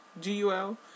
G-U-L